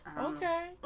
okay